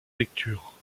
lecture